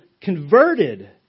converted